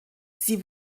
sie